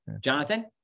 Jonathan